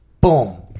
Boom